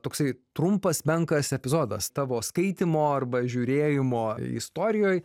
toksai trumpas menkas epizodas tavo skaitymo arba žiūrėjimo istorijoj